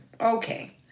Okay